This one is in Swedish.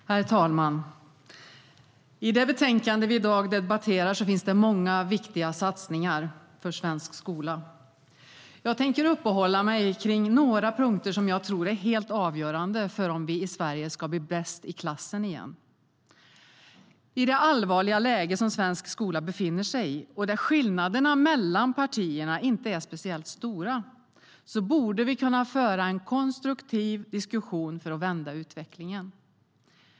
Herr talman! I det betänkande vi i dag debatterar finns många viktiga satsningar för svensk skola. Jag tänker uppehålla mig kring några punkter som jag tror är helt avgörande för om vi i Sverige ska bli bäst i klassen igen.I det allvarliga läge som svensk skola befinner sig i, och där skillnaderna mellan partierna inte är speciellt stora, borde vi kunna föra en konstruktiv diskussion för att vända utvecklingen.